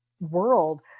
world